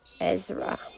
Ezra